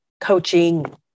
coaching